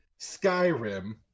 Skyrim